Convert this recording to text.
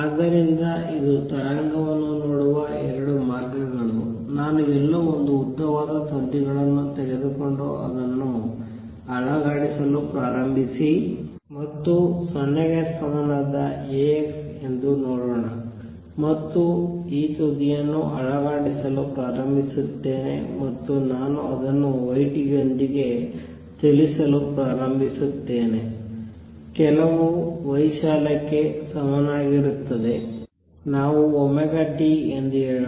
ಆದ್ದರಿಂದ ಇದು ತರಂಗವನ್ನು ನೋಡುವ 2 ಮಾರ್ಗಗಳು ನಾನು ಎಲ್ಲೋ ಒಂದು ಉದ್ದವಾದ ತಂತಿಗಳನ್ನು ತೆಗೆದುಕೊಂಡು ಅದನ್ನು ಅಲುಗಾಡಿಸಲು ಪ್ರಾರಂಭಿಸಿ ಮತ್ತು ಇದು 0 ಗೆ ಸಮನಾದ A x ಎಂದು ನೋಡೋಣ ಮತ್ತು ಈ ತುದಿಯನ್ನು ಅಲುಗಾಡಿಸಲು ಪ್ರಾರಂಭಿಸುತ್ತೇನೆ ಮತ್ತು ನಾನು ಅದನ್ನು y t ಯೊಂದಿಗೆ ಚಲಿಸಲು ಪ್ರಾರಂಭಿಸುತ್ತೇನೆ ಕೆಲವು ವೈಶಾಲ್ಯಕ್ಕೆ ಸಮನಾಗಿರುತ್ತದೆ ನಾವು t ಎಂದು ಹೇಳೋಣ